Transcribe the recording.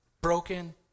broken